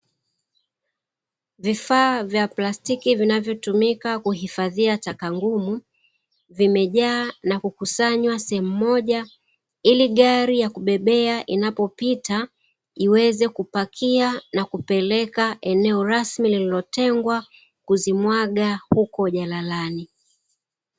Vifaa vya plastiki vinavyotumika kuhifadhia taka ngumu vimejaa na kukusanywa sehemu moja, ili gari ya kubebea inapopita iweze kupakia na kupeleka eneo rasmi liliotengwa kuzimwaga huko jalalani.